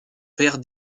verre